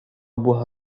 buah